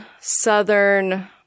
southern